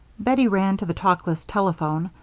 bettie ran to the talkless telephone,